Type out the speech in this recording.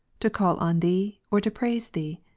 to call on thee or to praise thee?